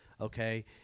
Okay